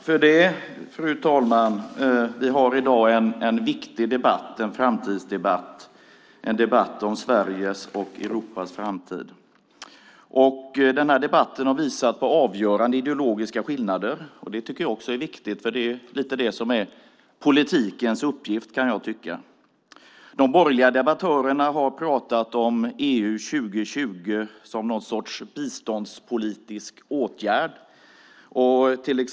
Fru talman! Vi har i dag en viktig debatt, en framtidsdebatt om Sveriges och Europas framtid. Denna debatt har visat på avgörande ideologiska skillnader. Det är också viktigt eftersom jag tycker att det lite grann är politikens uppgift. De borgerliga debattörerna har pratat om EU 2020 som någon sorts biståndspolitisk åtgärd.